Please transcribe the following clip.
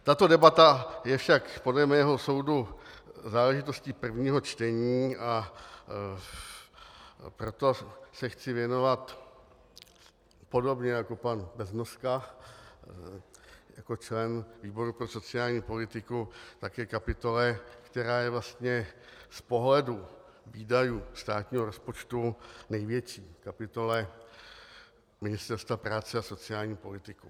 Tato debata je však podle mého soudu záležitostí prvního čtení, a proto se chci věnovat podobně jako pan Beznoska, jako člen výboru pro sociální politiku, také kapitole, která je vlastně z pohledu výdajů státního rozpočtu největší, kapitole Ministerstva práce a sociálních věcí.